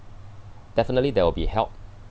definitely there will be help